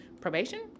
probation